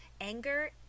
anger